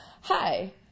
hi